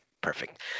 perfect